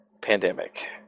Pandemic